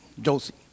Josie